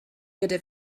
gyda